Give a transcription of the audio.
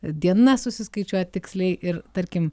diensa susiskaičiuoja tiksliai ir tarkim